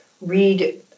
read